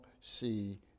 see